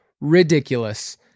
ridiculous